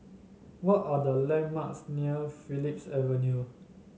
what are the landmarks near Phillips Avenue